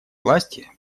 власти